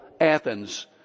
Athens